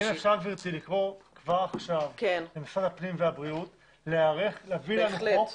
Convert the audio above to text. אם אפשר לקרוא כבר עכשיו למשרד הפנים והבריאות להביא לנו חוק